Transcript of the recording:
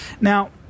Now